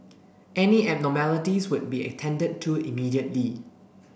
any abnormalities would be attended to immediately